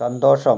സന്തോഷം